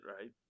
right